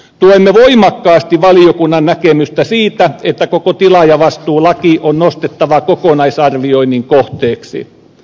tuemme voimakkaasti valiokunnan näkemystä siitä että koko tilaajavastuulaki on nostettava kokonaisarvioinnin kohteeksi